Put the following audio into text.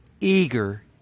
eager